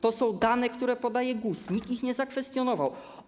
To są dane, które podaje GUS, nikt ich nie zakwestionował.